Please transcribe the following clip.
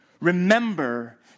remember